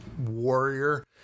warrior